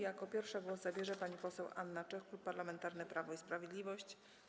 Jako pierwsza głos zabierze pani poseł Anna Czech, Klub Parlamentarny Prawo i Sprawiedliwość.